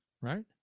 right